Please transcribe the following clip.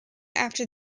after